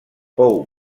pou